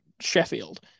sheffield